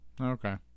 Okay